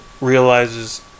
realizes